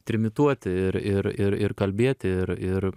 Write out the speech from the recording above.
trimituoti ir ir ir ir kalbėti ir ir